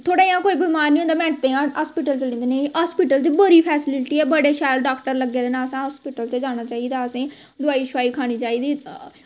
थोह्ड़ा नेहा कोई बमार निं होंदा मैंटें ई हॉस्पिटल च चली जंदे हॉस्पिटल च बड़ी शैल फेस्लिटी ऐ बड़े शैल डॉक्टर लग्गे दे हॉस्पिटल जाना चाहिदा असें ई दोआई खानी चाहिदी